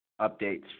updates